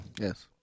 Yes